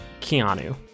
Keanu